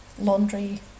laundry